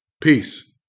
Peace